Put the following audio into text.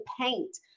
paint